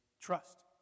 trust